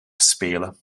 spelen